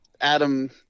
Adam –